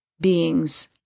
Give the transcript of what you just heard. beings